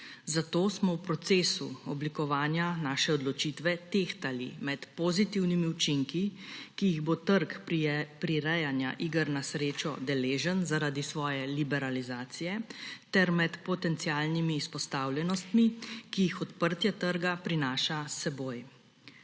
zato smo v procesu oblikovanja svoje odločitve tehtali med pozitivnimi učinki, ki jih bo trg prirejanja iger na srečo deležen zaradi svoje liberalizacije, ter med potencialnimi izpostavljenostmi, ki jih odprtje trga prinaša s seboj.